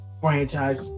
franchise